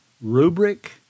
rubric